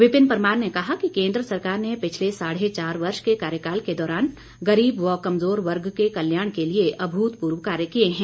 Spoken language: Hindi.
विपिन परमार ने कहा कि केंद्र सरकार ने पिछले साढ़े चार वर्ष के कार्यकाल के दौरान गरीब व कमजोर वर्ग के कल्याण के लिए अभूतपूर्व कार्य किए हैं